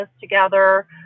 together